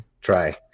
Try